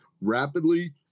rapidly